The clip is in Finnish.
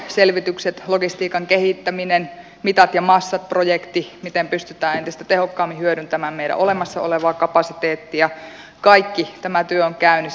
satamaselvitykset logistiikan kehittäminen mitat ja massat projekti miten pystytään entistä tehokkaammin hyödyntämään meidän olemassa olevaa kapasiteettia kaikki tämä työ on käynnissä